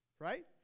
Right